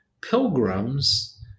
pilgrims